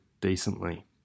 decently